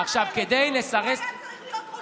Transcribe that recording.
הוא היה צריך להיות ראש מח"ש,